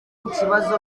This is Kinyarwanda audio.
ikibazo